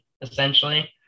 essentially